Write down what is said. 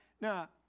Now